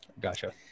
Gotcha